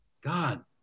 god